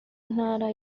ntara